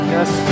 Yes